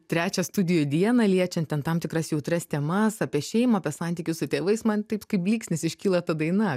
trečią studijų dieną liečiant ten tam tikras jautrias temas apie šeimą apie santykius su tėvais man taip kaip blysnis iškyla ta daina